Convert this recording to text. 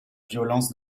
violence